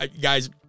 Guys